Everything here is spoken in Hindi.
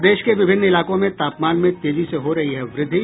प्रदेश के विभिन्न इलाकों में तापमान में तेजी से हो रही है व्रद्धि